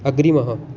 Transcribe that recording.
अग्रिमः